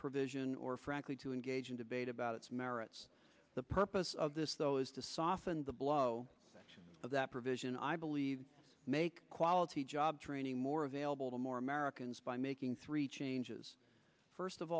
provision or frankly to engage in debate about its merits the purpose of this though is to soften the blow of that provision i believe make quality job training more available to more americans by making three changes first of